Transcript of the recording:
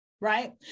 right